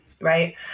right